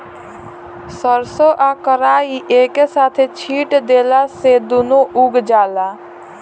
सरसों आ कराई एके साथे छींट देला से दूनो उग जाला